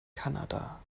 kanada